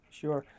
sure